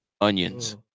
onions